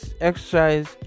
exercise